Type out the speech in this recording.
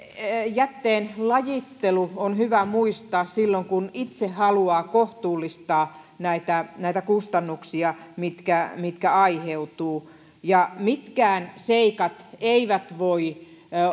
jätteen lajittelu on hyvä muistaa silloin kun itse haluaa kohtuullistaa näitä näitä kustannuksia mitkä mitkä aiheutuvat mitkään seikat eivät voi